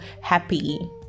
Happy